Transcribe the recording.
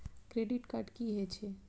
Credit card की हे छे?